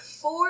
four